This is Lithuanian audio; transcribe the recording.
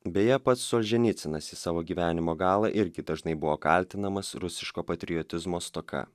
beje pats solženycinas į savo gyvenimo galą irgi dažnai buvo kaltinamas rusiško patriotizmo stoka